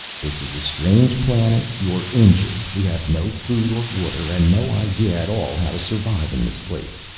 this is a strange planet, you're injured, we have no food or water, and no idea at all how to survive in this place.